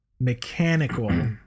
mechanical